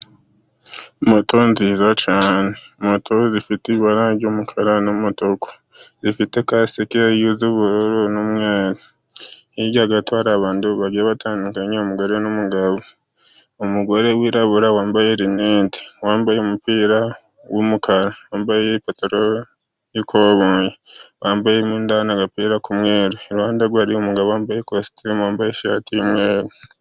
Moto nziza cyane moto zifite ibara ry'umukara n'umutuku, zifite kasike y'ubururu n'umukara ,hirya gato hari abantu batandukanye, umugore n'umugabo, umugore wirabura wambaye rinete, wambaye umupira w'umukara, wambaye n'ipantaro y'ikoboyi, bambaye imyenda n'agapira ku iruhande rwe hari umugabo wambaye ikositimu wambaye ishati y'umweru.